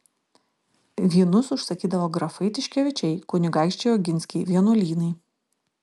vynus užsakydavo grafai tiškevičiai kunigaikščiai oginskiai vienuolynai